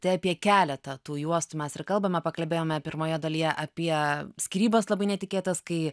tai apie keletą tų juostų mes ir kalbam pakalbėjome pirmoje dalyje apie skyrybas labai netikėtas kai